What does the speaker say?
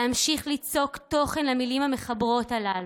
להמשיך ליצוק תוכן במילים המחברות הללו,